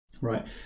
right